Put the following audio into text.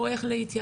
או איך להתייחס,